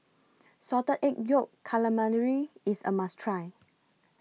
Salted Egg Yolk Calamari IS A must Try